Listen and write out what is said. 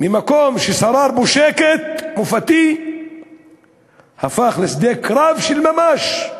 ממקום ששרר בו שקט מופתי לשדה קרב של ממש: